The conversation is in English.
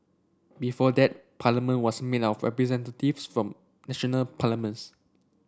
before that Parliament was made up of representatives from national parliaments